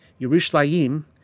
Yerushalayim